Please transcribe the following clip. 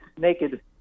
naked